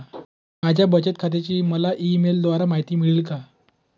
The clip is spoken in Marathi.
माझ्या बचत खात्याची मला ई मेलद्वारे माहिती मिळेल का?